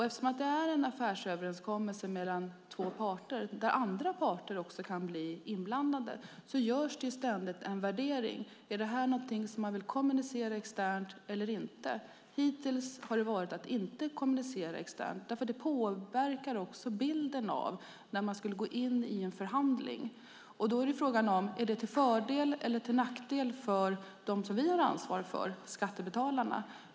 Eftersom det är fråga om en affärsöverenskommelse mellan två parter och också andra parter kan bli inblandade görs det ständigt en värdering: Är det här någonting som man vill kommunicera externt eller inte? Hittills har svaret varit att inte kommunicera externt därför att det också skulle påverka bilden av när man skulle gå in i en förhandling. Frågan är då om det är till fördel eller till nackdel för dem vi har ett ansvar inför - skattebetalarna.